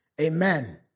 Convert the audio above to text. Amen